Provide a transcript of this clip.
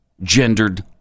Gendered